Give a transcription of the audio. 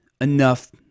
enough